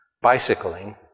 bicycling